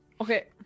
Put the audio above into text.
Okay